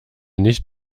nicht